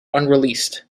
unreleased